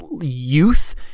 youth